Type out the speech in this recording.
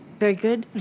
very good.